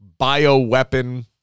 bioweapon